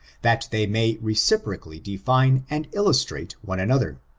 that they may reciprocally define and illustrate one another.